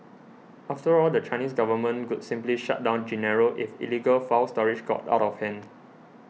after all the Chinese government could simply shut down Genaro if illegal file storage got out of hand